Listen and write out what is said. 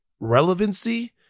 relevancy